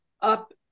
up